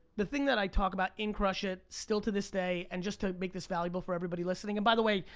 the thing that i talk about in crush it! still to this day and just to make this valuable for everybody listening. and by the way,